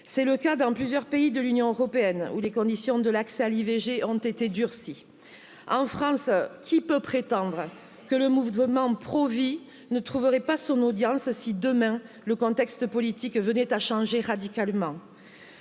c'est le cas dans plusieurs pays de l'union européenne où les conditions de l'accès à l'ivg ont été durcies en france qui peut prétendre que le mouvement pro vi ne trouverait pas son audience si demain le contexte venait à changer radicalement.